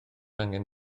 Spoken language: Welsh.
angen